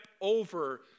over